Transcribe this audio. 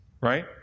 right